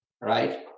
right